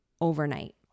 overnight